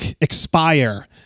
expire